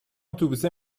اتوبوسه